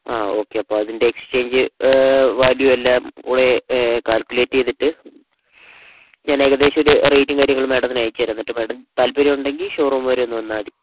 ആ ഓക്കെ അപ്പോൾ അതിൻ്റെ എക്സ്ചേഞ്ച് വാല്യൂ എല്ലാം കൂടി കാൽക്കുലേറ്റ് ചെയ്തിട്ട് ഞാൻ ഏകദേശം ഒരു റേറ്റും കാര്യങ്ങളും ഞാൻ മേഡത്തിന് അയച്ചു തരാം എന്നിട്ടു മേഡം താല്പര്യം ഉണ്ടെങ്കിൽ ഷോറൂം വരെ ഒന്ന് വന്നാൽമതി